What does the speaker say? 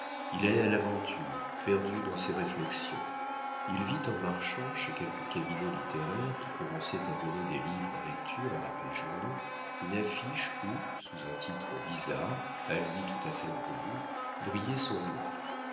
il allait à l'aventure perdu dans ses réflexions il vit en marchant chez quelques cabinets littéraires qui commençaient à donner des livres en lecture avec les journaux une affiche où sous un titre bizarre à lui tout à fait inconnu brillait son nom